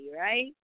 right